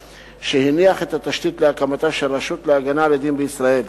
שהניח את התשתית להקמתה של רשות להגנה על עדים בישראל.